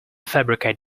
fabricate